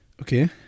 Okay